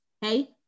Hey